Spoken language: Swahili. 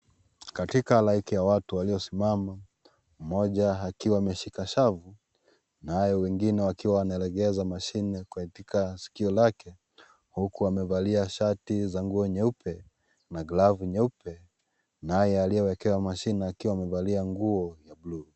Katika halaiki ya watu, waliosimama, mmoja akiwa ameshika shafu. Naye wengine wakiwa wanalegesha mashine katika sikio lake, huku amevalia shati za nguo nyeupe na glavu nyeupe. Naye aliyewekewa mashine akiwa amevalia nguo ya blue .